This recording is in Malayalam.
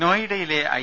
നോയിഡയിലെ ഐ